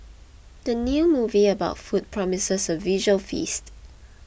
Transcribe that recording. the new movie about food promises a visual feast